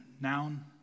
noun